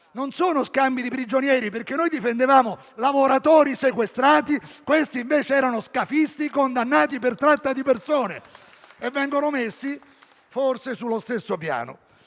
di uno scambio di prigionieri. Noi difendevamo lavoratori sequestrati. Questi, invece, erano scafisti condannati per tratta di persone e vengono messi, forse, sullo stesso piano.